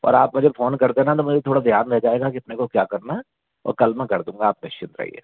और आप मुझे फ़ोन कर देना तो मुझे थोड़ा ध्यान में रहेगा कि मुझे क्या करना है और कल मैं कर दूंगा आप निश्चिंत रहिए